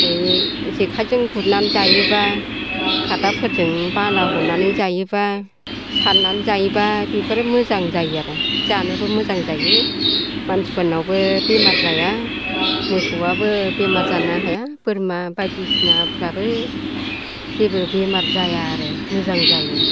जेखायजों गुरनानै जायोब्ला खादाफोरजों बाला हनानै जायोब्ला सारनानै जायोब्ला बेफोरो मोजां जायोआरो जानोबो मोजां जायो मानसिफोरनावबो बेमार जाया मोसौआबो बेमार जानोहाया बोरमा बायदिसिनाफ्राबो जेबो बेमार जाया आरो मोजां जायो